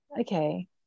Okay